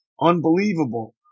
Unbelievable